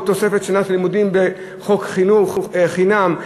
תוספת שנת לימודים בחוק חינוך חינם,